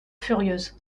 furieuse